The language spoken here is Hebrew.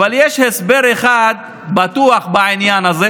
אבל יש הסבר אחד בטוח בעניין הזה,